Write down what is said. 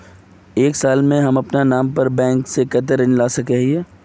एक साल में हम बैंक से अपना नाम पर कते ऋण ला सके हिय?